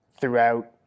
throughout